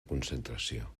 concentració